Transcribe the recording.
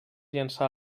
llançà